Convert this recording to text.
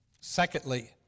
secondly